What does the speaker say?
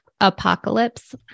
Apocalypse